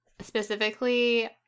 Specifically